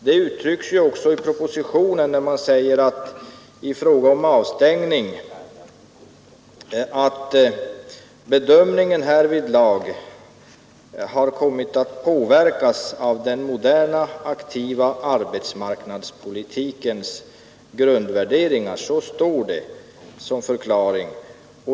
Det uttrycks också i propositionen, där det i fråga om avstängning sägs: ”Bedömningen härvidlag har kommit att påverkas av den moderna aktiva arbetsmarknadspolitikens grundvärderingar.” Så står det som förklaring.